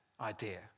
idea